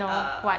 no [what]